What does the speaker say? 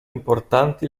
importanti